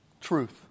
Truth